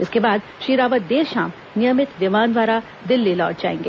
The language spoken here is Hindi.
इसके बाद श्री रावत र्दर शाम नियमित विमान द्वारा दिल्ली लौट जाएंगे